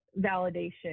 validation